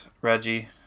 Reggie